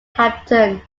hampton